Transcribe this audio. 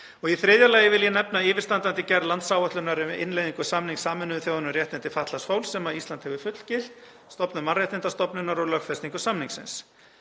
Í þriðja lagi vil ég nefna yfirstandandi gerð landsáætlunar um innleiðingu samnings Sameinuðu þjóðanna um réttindi fatlaðs fólks sem Ísland hefur fullgilt, stofnun mannréttindastofnunar og lögfestingu samningsins.